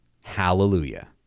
Hallelujah